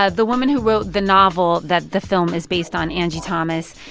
ah the woman who wrote the novel that the film is based on, angie thomas,